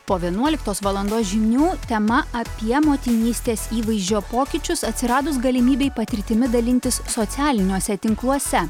po vienuoliktos valandos žinių tema apie motinystės įvaizdžio pokyčius atsiradus galimybei patirtimi dalintis socialiniuose tinkluose